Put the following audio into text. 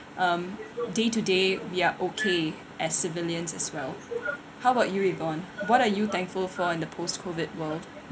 um day to day we are okay as civilians as well how about you yvonne what are you thankful for in the post COVID world